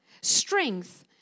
strength